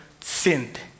sinned